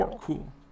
cool